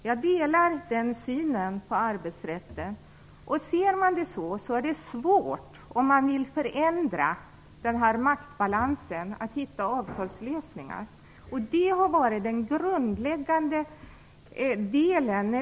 Jag delar den synen på arbetsrätten. Om man vill förändra maktbalansen är det svårt att hitta avtalslösningar. Det har varit den grundläggande frågan.